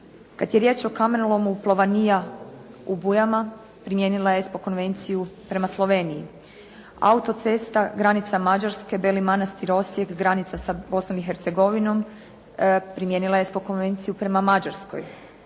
Kada je riječ o Kamenolomu „Plovanija“ u Bujama primijenila je ESPO konvenciju prema Sloveniji. Autocesta granica Mađarske-Beli Manastir-Osijek granica sa Bosnom i Hercegovinom primijenila je ESPO konvenciju prema Mađarskoj.